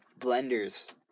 blenders